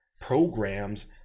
programs